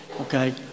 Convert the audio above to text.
okay